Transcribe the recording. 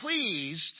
pleased